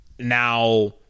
Now